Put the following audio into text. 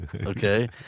okay